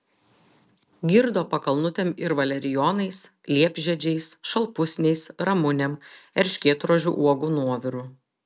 girdo pakalnutėm ir valerijonais liepžiedžiais šalpusniais ramunėm erškėtrožių uogų nuoviru